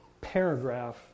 paragraph